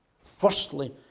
Firstly